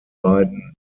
beiden